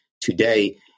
today